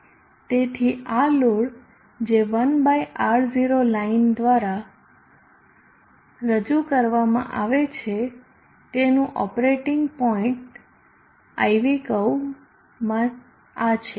તેથી આ લોડ જે 1 R0 લાઇન દ્વારા રજૂ કરવામાં આવે છે તેનું ઓપરેટિંગ પોઇન્ટ IV કર્વમાં આ છે